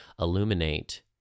illuminate